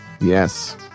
Yes